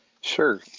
Sure